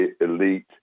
elite